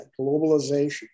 globalization